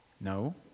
No